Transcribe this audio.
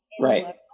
Right